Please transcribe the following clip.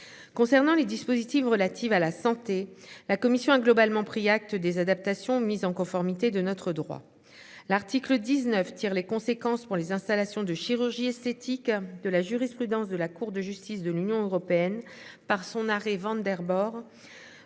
Concernant les dispositifs relatives à la santé. La commission a globalement pris acte des adaptations mise en conformité de notre droit. L'article 19 tire les conséquences pour les installations de chirurgie esthétique de la jurisprudence de la Cour de justice de l'Union européenne par son arrêt Van bord.